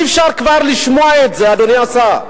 אי-אפשר כבר לשמוע את זה, אדוני השר.